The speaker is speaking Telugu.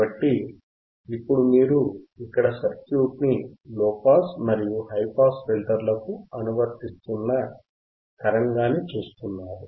కాబట్టి ఇప్పుడు మీరు ఇక్కడ సర్క్యూట్ ని లోపాస్ మరియు హైపాస్ ఫిల్టర్లకు అనువర్తిస్తున్న తరంగాన్ని చూస్తున్నారు